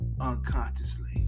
unconsciously